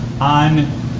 On